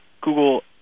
Google